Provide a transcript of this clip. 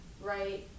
right